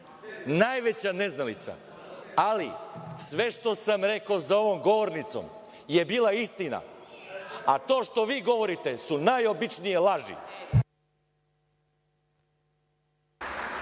najveća neznalica, ali sve što sam rekao za ovom govornicom je bila istina, a to što vi govorite su najobičnije laži.